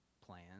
plan